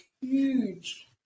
huge